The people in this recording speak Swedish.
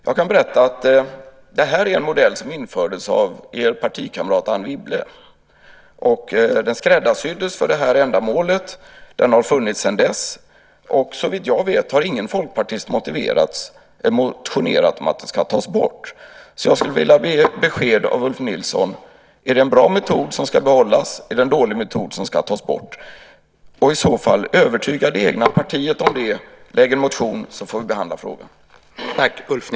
Jag kan berätta att detta är en modell som infördes av er partikamrat Anne Wibble. Den skräddarsyddes för det här ändamålet och har funnits sedan dess. Såvitt jag vet har ingen folkpartist motionerat om att denna modell ska tas bort. Jag skulle vilja be om ett besked från Ulf Nilsson: Är det en bra metod som ska behållas eller är det en dålig metod som ska tas bort? I så fall: Övertyga det egna partiet om det, väck en motion så får vi behandla frågan!